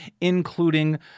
including